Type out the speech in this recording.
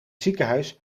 ziekenhuis